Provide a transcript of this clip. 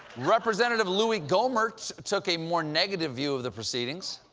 representative louie gohmert took a more negative view of the proceeding.